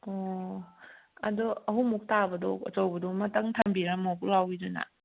ꯑꯣ ꯑꯗꯣ ꯑꯍꯨꯝꯃꯨꯛ ꯇꯥꯕꯗꯣ ꯑꯆꯧꯕꯗꯨꯃꯇꯪ ꯊꯝꯕꯤꯔꯝꯃꯣ ꯄꯨꯛꯂꯥꯎꯕꯤꯗꯨꯅ